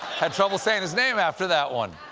had trouble saying his name after that one.